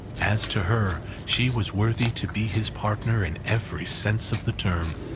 as to her, she was worthy to be his partner in every sense of the term.